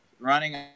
Running